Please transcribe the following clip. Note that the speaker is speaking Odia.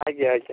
ଆଜ୍ଞା ଆଜ୍ଞା